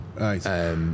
Right